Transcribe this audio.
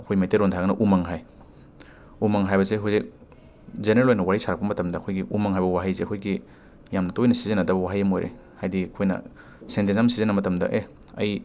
ꯑꯩꯈꯣꯏ ꯃꯩꯇꯩꯔꯣꯟꯗ ꯍꯥꯏꯔꯒꯅ ꯎꯃꯪ ꯍꯥꯏ ꯎꯃꯪ ꯍꯥꯏꯕꯁꯤ ꯑꯩꯈꯣꯏꯒꯤ ꯖꯦꯅꯦꯔꯦꯜ ꯑꯣꯏꯅ ꯋꯥꯔꯤ ꯁꯥꯔꯛꯄ ꯃꯇꯝꯗ ꯑꯩꯈꯣꯏꯒꯤ ꯎꯃꯪ ꯍꯥꯏꯕ ꯋꯥꯍꯩꯁꯦ ꯑꯩꯈꯣꯏꯒꯤ ꯌꯥꯝ ꯇꯣꯏꯅ ꯁꯤꯖꯤꯟꯅꯗꯕ ꯋꯥꯍꯩ ꯑꯃ ꯑꯣꯏꯔꯛꯑꯦ ꯍꯥꯏꯗꯤ ꯑꯩꯈꯣꯏꯅ ꯁꯦꯟꯇꯦꯟꯁ ꯑꯃ ꯁꯤꯖꯤꯟꯅꯕ ꯃꯇꯝꯗ ꯑꯦ ꯑꯩ